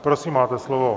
Prosím, máte slovo.